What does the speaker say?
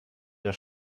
der